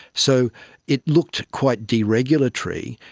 so it looked quite deregulatory.